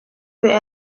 peut